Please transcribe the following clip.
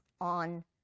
on